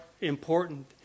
important